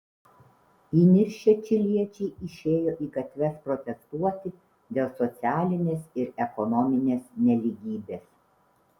įniršę čiliečiai išėjo į gatves protestuoti dėl socialinės ir ekonominės nelygybės